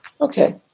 Okay